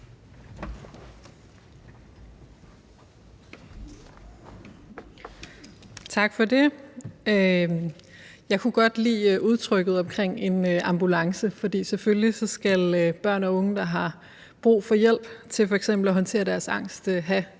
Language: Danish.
Tak for det. Jeg kunne godt lide udtrykket en ambulance, for selvfølgelig skal børn og unge, der har brug for hjælp til for eksempel at håndtere deres angst, have